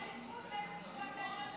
אבל זה בזכות בית המשפט העליון,